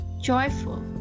joyful